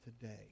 today